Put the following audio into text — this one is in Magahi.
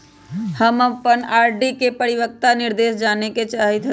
हम अपन आर.डी के परिपक्वता निर्देश जाने के चाहईत हती